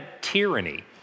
tyranny